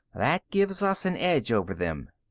that gives us an edge over them.